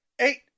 eight